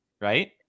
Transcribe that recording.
right